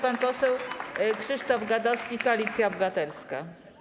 Pan poseł Krzysztof Gadowski, Koalicja Obywatelska.